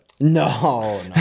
no